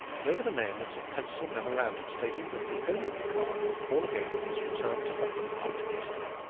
but over the name there was a pencil memorandum, stating that the owner of the card would call again on his return to london after easter.